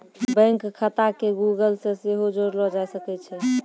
bank खाता के Google से सेहो जोड़लो जाय सकै छै